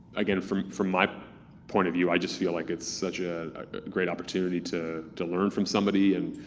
again, from from my point of view, i just feel like it's such a great opportunity to to learn from somebody and